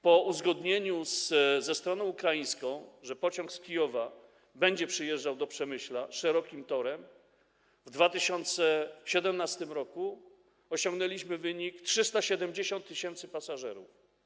Po uzgodnieniu ze stroną ukraińską, że pociąg z Kijowa będzie przyjeżdżał do Przemyśla szerokim torem, w 2017 r. osiągnęliśmy wynik 370 tys. pasażerów.